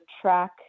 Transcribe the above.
track